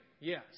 Yes